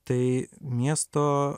tai miesto